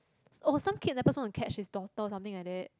oh some kidnappers want to catch his daughter or something like that